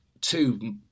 two